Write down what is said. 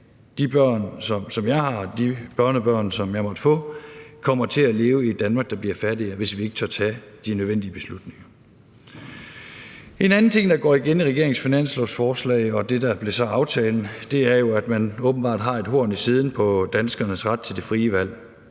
de børn, som jeg har, og de børnebørn, som jeg måtte få, kommer til at leve i et Danmark, der bliver fattigere, hvis vi ikke tør tage de nødvendige beslutninger. En anden ting, der går igen i regeringens finanslovsforslag og det, der så blev aftalen, er jo, at man åbenbart har et horn i siden på danskernes ret til det frie valg,